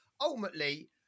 ultimately